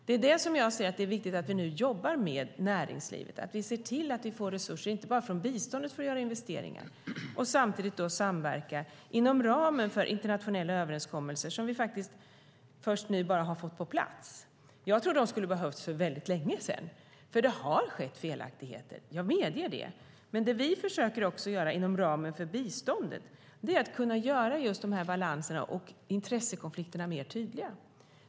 Det är därför jag säger att det är viktigt att vi nu jobbar med näringslivet och ser till att få resurser inte bara från biståndet för att göra investeringar, samtidigt som vi samverkar inom ramen för internationella överenskommelser, som vi först nu har fått på plats. Jag tycker att de skulle ha behövts för väldigt länge sedan, för det har skett felaktigheter - jag medger det. Men det vi försöker göra inom ramen för biståndet är att göra just dessa balanser och intressekonflikter mer tydliga.